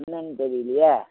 என்னென்னு தெரியலையே